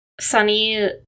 Sunny